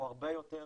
הוא הרבה יותר